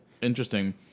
interesting